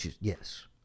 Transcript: Yes